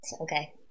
Okay